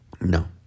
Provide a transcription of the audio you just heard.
No